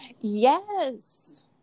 yes